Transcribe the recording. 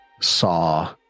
saw